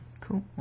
cool